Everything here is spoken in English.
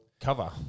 cover